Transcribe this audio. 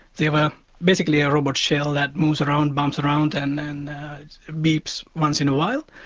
they were basically a robot shell that moves around, bumps around, and and beeps once in a while.